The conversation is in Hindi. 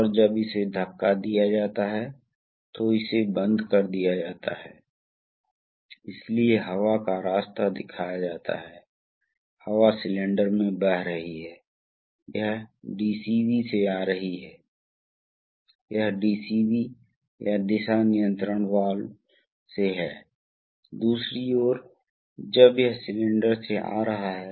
तो फिर जब पंप A अनलोड किया जाता है क्योंकि यह राहत वाल्व सेटिंग पार हो गई है तो यह पंप की प्रवाह दर है सही और यह इसलिए यह पंप अनलोड हो जाता है